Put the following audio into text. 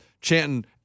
chanting